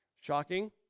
Shocking